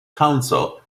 council